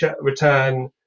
return